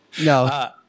No